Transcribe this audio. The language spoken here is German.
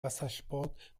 wassersport